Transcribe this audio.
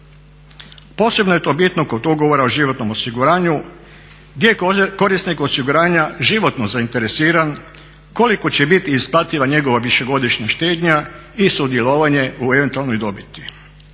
Posebno je to bitno kod ugovora o životnom osiguranju gdje je korisnik osiguranja životno zainteresiran koliko će biti isplativa njegova višegodišnja štednja i sudjelovanje u eventualnoj dobiti.